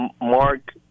Mark